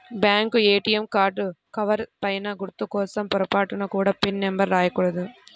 bank ATM card cover పైన గుర్తు కోసం పొరపాటున కూడా పిన్ నెంబర్ రాయకూడదు